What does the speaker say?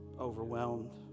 overwhelmed